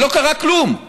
ולא קרה כלום.